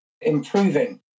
improving